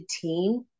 team